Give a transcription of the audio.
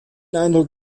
eindruck